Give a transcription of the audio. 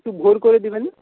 একটু ভোর করে দেবেন